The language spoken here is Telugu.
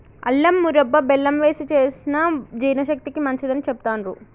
అల్లం మురబ్భ బెల్లం వేశి చేసిన జీర్ణశక్తికి మంచిదని చెబుతాండ్రు